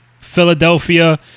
Philadelphia